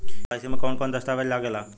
KYC में कवन कवन दस्तावेज लागे ला?